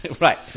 Right